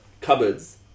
cupboards